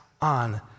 on